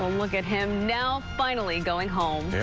um look at him now finally going home.